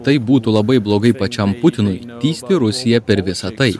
tai būtų labai blogai pačiam putinui tįsti rusiją per visą tai